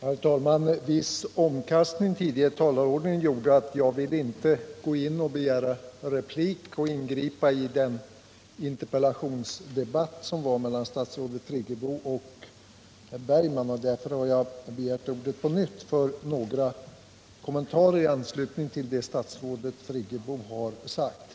Herr talman! En viss omkastning av den tidigare talarordningen gjorde att jag inte ville begära replik och ingripa i interpellationsdebatten mellan statsrådet Friggebo och Per Bergman. Därför har jag nu begärt ordet på nytt för några kommentarer i anslutning till vad statsrådet Friggebo har sagt.